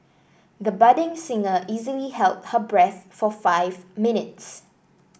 the budding singer easily held her breath for five minutes